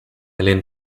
helene